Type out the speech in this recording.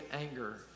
anger